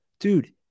dude